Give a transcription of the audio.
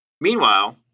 Meanwhile